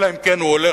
אלא אם כן הוא הולך,